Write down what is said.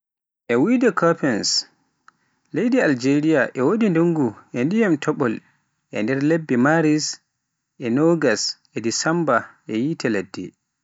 E wiyde Koppens leydi Aljeriya, e wodi ndungu e dyiman topol e nder lebbe Maris e Agusta e Desemba e yiite ladde.